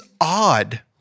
odd